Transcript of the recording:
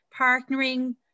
partnering